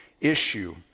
issue